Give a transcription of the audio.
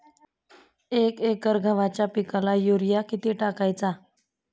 एक एकर गव्हाच्या पिकाला युरिया किती टाकायचा?